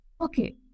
Okay